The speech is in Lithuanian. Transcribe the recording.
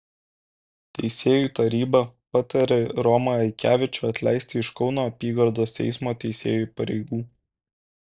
teisėjų taryba patarė romą aikevičių atleisti iš kauno apygardos teismo teisėjo pareigų